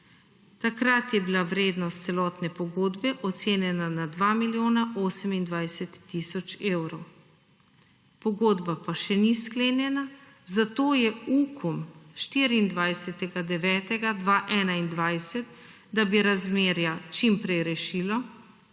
takrat je bila vrednost celotne pogodbe ocenjena na dva milijona 28 tisoč evrov. Pogodba pa še ni sklenjena, zato je UKOM 24. septembra 2021, da bi razmerja čim prej rešilo